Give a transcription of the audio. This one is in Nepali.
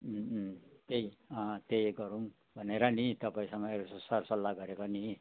उम् उम् त्यही अँ त्यही गरौँ भनेर नि तपाईँसँग यसो सरसल्लाह गरेको नि